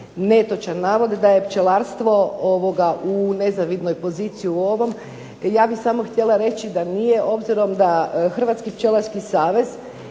netočan navod da je pčelarstvo u nezavidnoj poziciji u ovom, ja bih samo htjela reći da nije obzirom da Hrvatski pčelarski savez